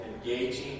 engaging